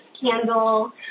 candle